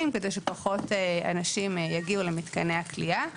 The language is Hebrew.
כדי שפחות אנשים יגיעו למתקני הכליאה.